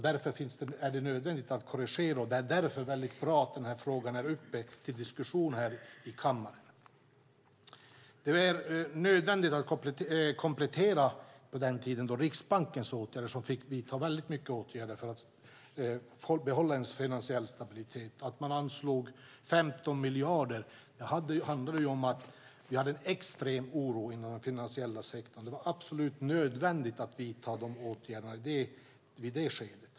Därför är det nödvändigt att korrigera, och därför är det bra att frågan är uppe till diskussion i kammaren. Det blev nödvändigt att komplettera. Riksbanken fick vidta många åtgärder för att behålla en finansiell stabilitet. Man anslog 15 miljarder. Vi hade en extrem oro inom den finansiella sektorn, och i det skedet var det absolut nödvändigt att vidta åtgärderna.